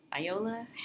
Viola